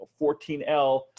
14L